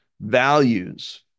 values